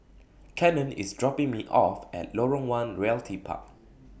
Cannon IS dropping Me off At Lorong one Realty Park